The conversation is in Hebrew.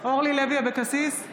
אורלי לוי אבקסיס,